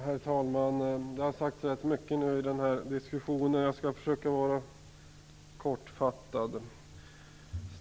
Herr talman! Det har redan sagts rätt mycket i den här diskussionen. Jag skall försöka vara kortfattad.